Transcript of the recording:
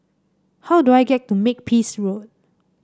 how do I get to Makepeace Road